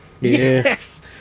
Yes